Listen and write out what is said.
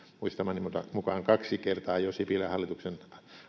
muistamani mukaan kaksi kertaa jo sipilän hallituksen